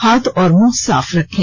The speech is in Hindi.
हाथ और मुंह साफ रखें